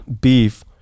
beef